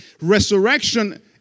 Resurrection